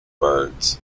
birds